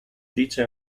dice